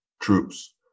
troops